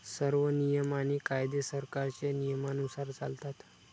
सर्व नियम आणि कायदे सरकारच्या नियमानुसार चालतात